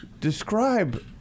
describe